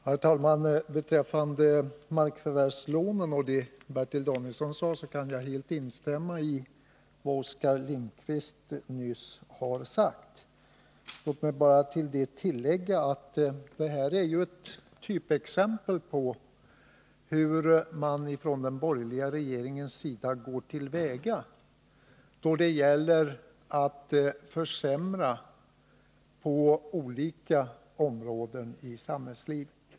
Herr talman! Beträffande markförvärvslånen och det Bertil Danielsson sade kan jag helt instämma i vad Oskar Lindkvist nyss anförde. Låt mig bara tillägga att det här ju är ett typexempel på hur man från den borgerliga regeringens sida går till väga då det gäller att försämra på olika områden i samhällslivet.